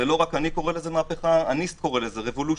ולא רק אני קורא לזה ככה nist קורא לזה ככה.